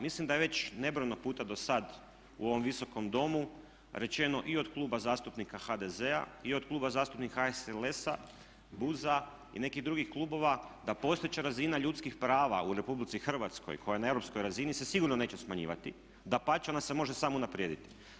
Mislim da je već nebrojeno puta dosad u ovom visokom domu rečeno i od Kluba zastupnika HDZ-a i od Kluba zastupnika HSLS-a, BUZ-a i nekih drugih klubova da postojeća razina ljudskih prava u RH koja je na europskoj razini se sigurno neće smanjivati, dapače ona se može samo unaprijediti.